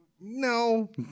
no